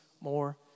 more